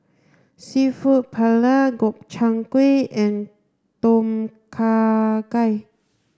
seafood Paella Gobchang Gui and Tom Kha Gai